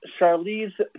Charlize